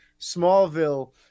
Smallville